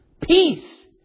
peace